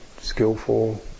skillful